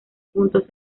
puntos